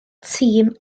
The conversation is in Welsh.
tîm